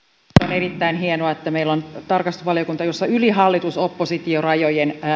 erittäin hienoa että meillä on tarkastusvaliokunta jossa yli hallitus oppositio rajojen